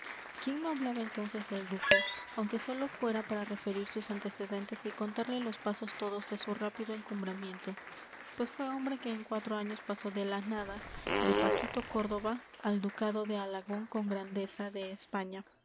quién no hablaba entonces del duque aunque sólo fuera para referir sus antecedentes y contarle los pasos todos de su rápido encumbramiento pues fue hombre que en cuatro años pasó de la nada de paquito córdoba al ducado de alagón con grandeza de españa